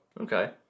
Okay